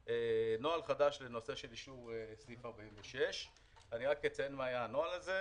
נוהל חדש לאישור סעיף 46. אני רק אציין מה היה הנוהל הזה.